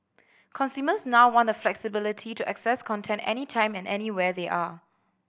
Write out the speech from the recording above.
consumers now want the flexibility to access content any time and anywhere they are